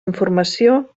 informació